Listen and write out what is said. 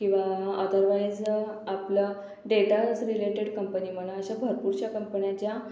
किंवा अतरवाईज आपला datas related company म्हणा अशा भरपूरशा कंपन्या आहेत ज्या